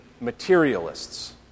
materialists